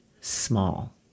small